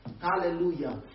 hallelujah